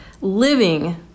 living